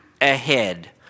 ahead